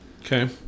Okay